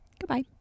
Goodbye